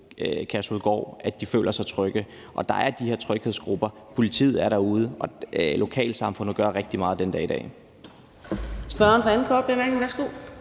Kærshovedgård, føler sig trygge. Der er de her tryghedsgrupper, politiet er derude, og lokalsamfundet gør rigtig meget den dag i dag.